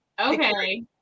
Okay